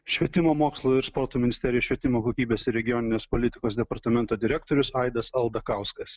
švietimo mokslo ir sporto ministerijos švietimo kokybės ir regioninės politikos departamento direktorius aidas aldakauskas